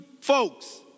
folks